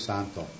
Santo